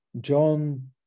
john